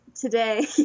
today